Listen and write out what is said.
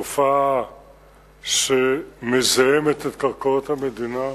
התופעה מזהמת את קרקעות המדינה.